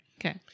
Okay